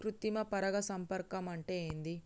కృత్రిమ పరాగ సంపర్కం అంటే ఏంది?